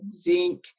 zinc